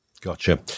Gotcha